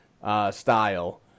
style